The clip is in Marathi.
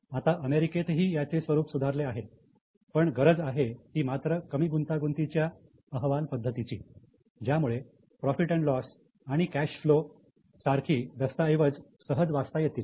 आता अमेरिकेतही यांचे स्वरूप सुधारले आहे पण गरज आहे ती मात्र कमी गुंतागुंतीच्या अहवाल पद्धतीची ज्यामुळे प्रॉफिट अँड लॉस आणि काश फ्लो सारखी दस्तऐवज सहज वाचता येतील